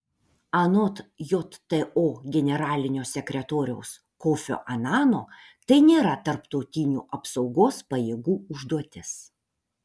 anot jto generalinio sekretoriaus kofio anano tai nėra tarptautinių apsaugos pajėgų užduotis